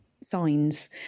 signs